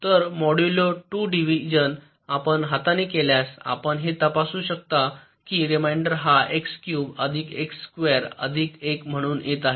तर modulo 2 division आपण हाताने केल्यास आपण हे तपासू शकता की रिमाइंडर हा एक्स क्यूब अधिक एक्स स्क्वेअर अधिक 1 म्हणून येत आहे